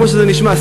כמו שזה נשמע,